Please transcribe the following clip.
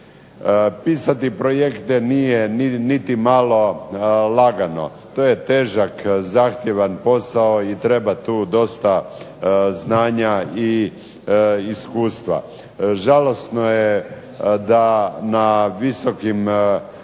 Pisati projekte nije niti malo lagano. To je težak i zahtjevan posao i treba tu dosta znanja i iskustva. Žalosno je da na visokim